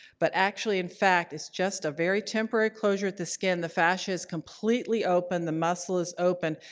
but, actually, in fact, it's just a very temporary closure at the skin. the fascia is completely open, the muscle is open,